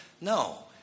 no